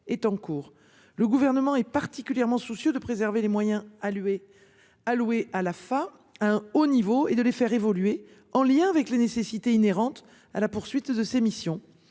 est en cours. Le gouvernement est particulièrement soucieux de préserver des moyens alloués à louer à la fin un au niveau et de les faire évoluer en lien avec les nécessités inhérentes à la poursuite de ses missions